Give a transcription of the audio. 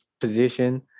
position